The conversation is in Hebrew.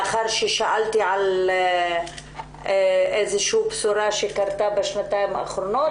לאחר ששאלתי על איזו בשורה שקרתה בשנתיים האחרונות,